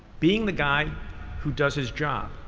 being the guy who does his job,